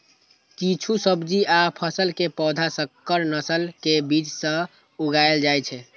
किछु सब्जी आ फसल के पौधा संकर नस्ल के बीज सं उगाएल जाइ छै